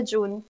June